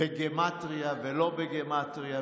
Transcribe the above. בגימטרייה ולא בגימטרייה,